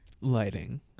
Lighting